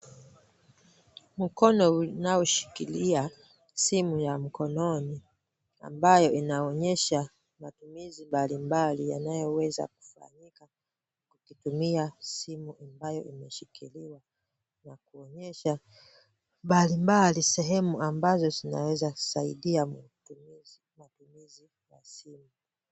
Mkono unaoshikilia simu ya mkononi ambayo inaonyesha matumizi mbalimbali yanayoweza kufanyika ukitumia simu ambayo imeshikiliwa na kuonyesha mbalimbali sehemu ambazo zinaweza saidia mtumizi ,matumizi ya simu.